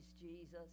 jesus